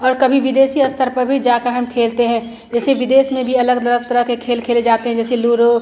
और कभी विदेशी स्तर पर भी जाकर हम खेलते हैं जैसे विदेश में भी अलग अलग तरह के खेल खेले जाते हैं जैसे लूडो